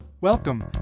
Welcome